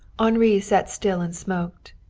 henri sat still and smoked.